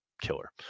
killer